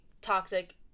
toxic